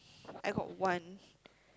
I got one